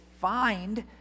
find